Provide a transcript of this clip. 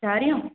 सारियूं